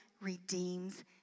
redeems